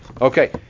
Okay